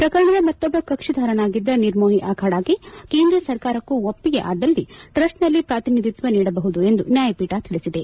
ಪ್ರಕರಣದ ಮತ್ತೊಬ್ಬ ಕಕ್ಷಿಧಾರನಾಗಿದ್ದ ನಿರ್ಮೋಹಿ ಅಬಾಡಗೆ ಕೇಂದ್ರ ಸರ್ಕಾರಕ್ಕೂ ಒಪ್ಪಿಗೆ ಆದ್ದಲ್ಲಿ ಟ್ರಸ್ಟ್ನಲ್ಲಿ ಪ್ರಾತಿನಿಧಿತ್ವ ನೀಡಬಹುದು ಎಂದು ನ್ಯಾಯಪೀಠ ತಿಳಿಸಿದೆ